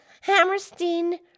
Hammerstein